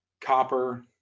copper